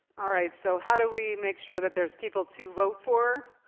all right, so how do we make sure that there's people to vote for?